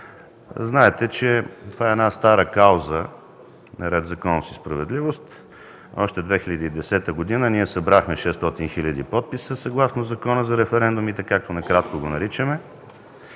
Знаете, че това е стара кауза на „Ред, законност и справедливост”. Още 2010 г. ние събрахме 600 хил. подписа съгласно Закона за референдумите, както накратко го наричаме.